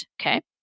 Okay